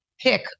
pick